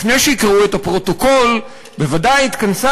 לפני שיקראו את הפרוטוקול: בוודאי התכנסה